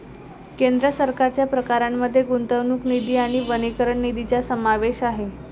केंद्र सरकारच्या प्रकारांमध्ये गुंतवणूक निधी आणि वनीकरण निधीचा समावेश आहे